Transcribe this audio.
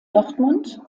dortmund